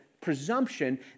presumption